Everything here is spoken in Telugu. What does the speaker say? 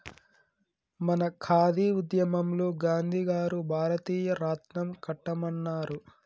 మన ఖాదీ ఉద్యమంలో గాంధీ గారు భారతీయ రాట్నం కట్టమన్నారు